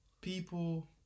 people